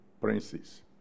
princes